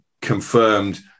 confirmed